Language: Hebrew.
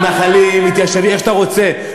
מתנחלים, מתיישבים, איך שאתה רוצה.